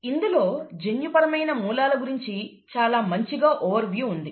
ఇందులో జన్యుపరమైన మూలాల గురించి చాలా మంచిగా ఓవర్వ్యూ ఉంది